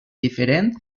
diferent